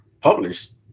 published